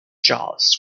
jaws